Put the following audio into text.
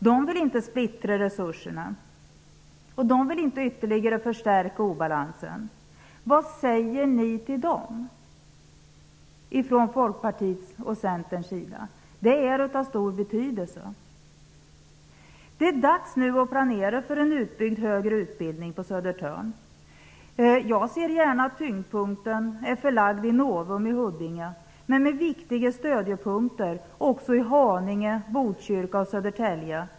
De vill inte splittra resurserna, och de vill inte ytterligare förstärka obalansen. Vad säger ni i Folkpartiet och Centern till dem? Det är av stor betydelse. Nu är det dags att planera för en utbyggd högre utbildning på Södertörn. Jag ser gärna att tyngdpunkten är förlagd till Novum i Huddinge, men med viktiga stödjepunkter också i Haninge, Botkyrka och Södertälje.